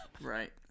Right